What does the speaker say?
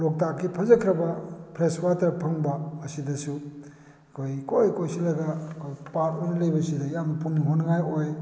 ꯂꯣꯛꯇꯥꯛꯀꯤ ꯐꯖꯈ꯭ꯔꯕ fresh water ꯐꯪꯕ ꯑꯁꯤꯗꯁꯨ ꯑꯩꯈꯣꯏ ꯏꯀꯣꯏ ꯀꯣꯏꯁꯤꯜꯂꯒ ꯑꯩꯈꯣꯏ ꯄꯥꯛ ꯑꯣꯏꯅ ꯂꯩꯕꯁꯤꯗ ꯌꯥꯝ ꯄꯨꯛꯅꯤꯡ ꯍꯨꯅꯤꯡꯉꯥꯏ ꯑꯣꯏ